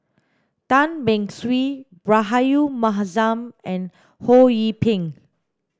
Tan Beng Swee Rahayu Mahzam and Ho Yee Ping